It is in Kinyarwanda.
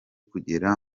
kugera